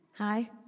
Hi